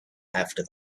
after